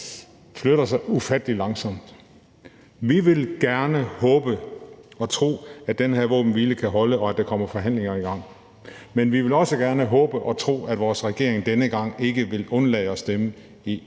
flytter sig ufattelig langsomt. Vi vil gerne håbe og tro, at den her våbenhvile kan holde, og at der kommer forhandlinger i gang, men vi vil også gerne håbe og tro, at vores regering denne gang ikke vil undlade at stemme i